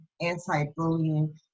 anti-bullying